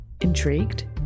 Intrigued